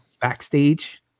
backstage